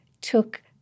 took